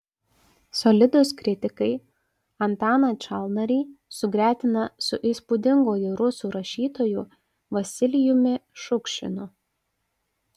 solidūs kritikai antaną čalnarį sugretina su įspūdinguoju rusų rašytoju vasilijumi šukšinu